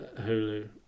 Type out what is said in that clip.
Hulu